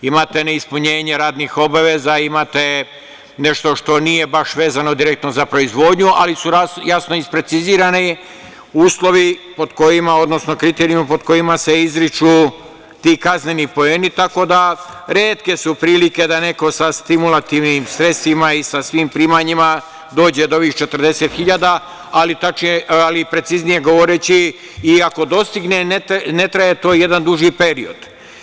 Imate neispunjenja radnih obaveza, imate nešto što nije baš vezano direktno za proizvodnju, ali su jasno isprecizirani kriterijumi pod kojima se izriču ti kazneni poeni, tako da su retke prilike da neko sa stimulativnim sredstvima i sa svim primanjima dođe do ovih 40 hiljada, ali preciznije govoreći – i ako dostigne, ne traje to jedan duži period.